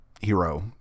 hero